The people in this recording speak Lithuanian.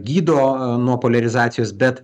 gydo nuo poliarizacijos bet